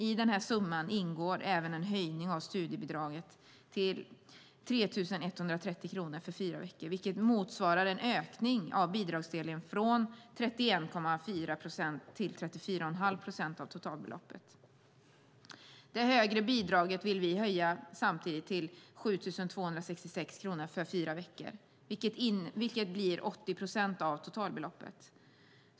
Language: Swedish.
I denna summa ingår även en höjning av studiebidraget till 3 130 kronor för fyra veckor, vilket motsvarar en ökning av bidragsdelen från 31,4 till 34,5 procent av totalbeloppet. Det högre bidraget vill vi samtidigt höja till 7 266 kronor för fyra veckor, vilket blir 80 procent av totalbeloppet.